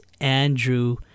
Andrew